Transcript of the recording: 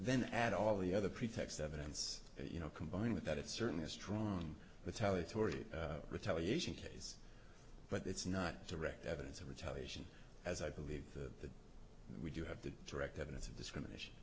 then add all the other pretext evidence you know combine with that it's certainly a strong the telly tory retaliation case but it's not direct evidence of retaliation as i believe the we do have the direct evidence of discrimination